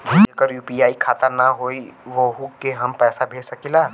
जेकर यू.पी.आई खाता ना होई वोहू के हम पैसा भेज सकीला?